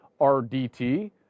RDT